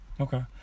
Okay